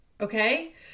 okay